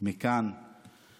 לשלוח מכאן למשפחה